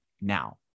now